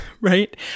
right